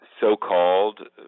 so-called